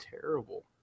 terrible